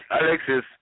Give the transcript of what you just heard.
Alexis